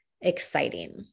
exciting